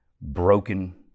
broken